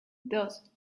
dos